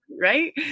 right